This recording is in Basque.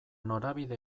norabide